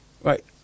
right